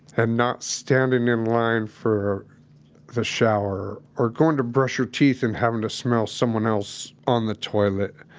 and not standing in line for the shower, or going to brush your teeth and having to smell someone else on the toilet.